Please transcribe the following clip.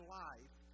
life